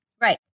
Right